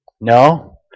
No